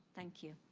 thank you.